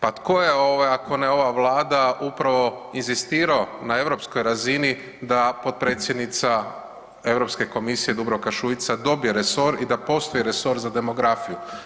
Pa tko je ovaj ako ne ova vlada upravo inzistirao na europskoj razini da potpredsjednica Europske komisije Dubravka Šuica dobije resor i da postoji resor za demografiju?